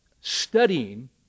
studying